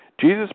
Jesus